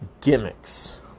gimmicks